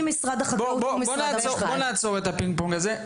בואו נעצור את הפינג-פונג הזה.